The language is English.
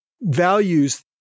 values